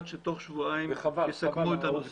מתקן שעשועים פשוט בביתר עלית,